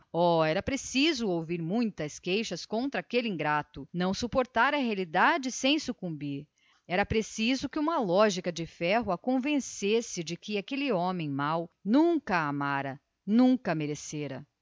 era preciso ouvir muitas e muitas verdades contra aquele ingrato para suportar tamanha provação sem sucumbir era preciso que uma lógica de ferro em brasa a convencesse de que aquele homem mau nunca a amara e nunca a merecera